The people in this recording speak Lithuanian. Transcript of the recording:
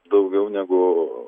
daugiau negu